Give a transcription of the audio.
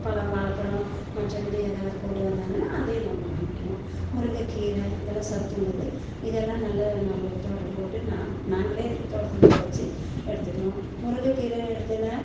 பழம் வாழைப்பழம் மற்றபடி ஏதாவது கொண்டு வந்தாங்கன்னா அதையும் நம்ம வாங்கிக்குவோம் முருங்கக்கீரை இதெல்லாம் சத்து உள்ளது இதெல்லாம் நல்ல நாங்கள் தோட்டம் போட்டு நாங்க நாங்களே தோட்டத்தில் உடச்சி எடுத்துக்குவோம் முருங்கக்கீரன்னு எடுத்தேன்னா